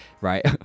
right